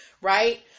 right